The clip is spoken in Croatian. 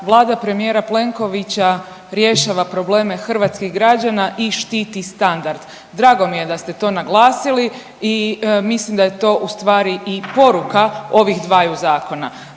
Vlada premijera Plenkovića rješava probleme hrvatskih građana i štiti standard. Drago mi je da ste to naglasili i mislim da je to ustvari i poruka ovih dvaju zakona.